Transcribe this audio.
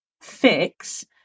fix